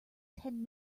ten